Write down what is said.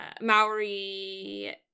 Maori